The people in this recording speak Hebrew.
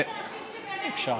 יש אנשים שבאמת עובדים,